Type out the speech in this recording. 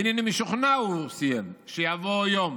הינני משוכנע" הוא סיים, "שיבוא יום